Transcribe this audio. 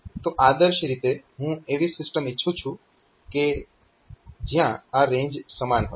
તો આદર્શ રીતે હું એવી સિસ્ટમ ઈચ્છું છું કે જ્યાં આ રેન્જ સમાન હોય